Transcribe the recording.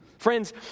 Friends